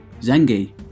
Zengi